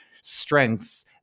strengths